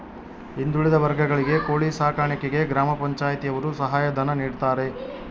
ಹಿಂದುಳಿದ ವರ್ಗಗಳಿಗೆ ಕೋಳಿ ಸಾಕಾಣಿಕೆಗೆ ಗ್ರಾಮ ಪಂಚಾಯ್ತಿ ಯವರು ಸಹಾಯ ಧನ ನೀಡ್ತಾರೆ